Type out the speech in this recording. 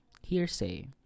hearsay